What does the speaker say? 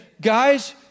guys